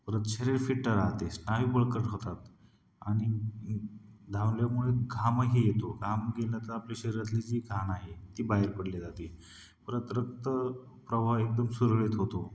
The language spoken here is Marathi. परत शरीर फिट्ट राहते स्नायू बळकट होतात आणि धावल्यामुळे घामंही येतो घाम गेलं का आपली शरीरातली जी घाण आहे ती बाहेर पडली जाते परत रक्त प्रवाह एकदम सुरळीत होतो